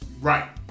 Right